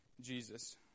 Jesus